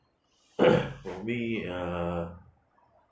for me uh